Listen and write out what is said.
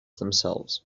themselves